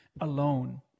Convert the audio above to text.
alone